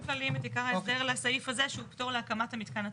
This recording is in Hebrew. כלליים את עיקר ההסדר לסעיף הזה שהוא פטור להקמת המתקן עצמו.